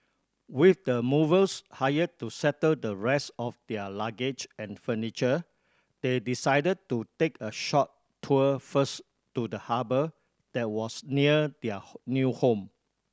with the movers hired to settle the rest of their luggage and furniture they decided to take a short tour first to the harbour that was near their new home